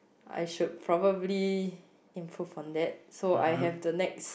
I should probably improve on that so I have the next